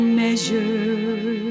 measure